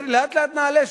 לאט-לאט נעלה,